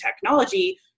technology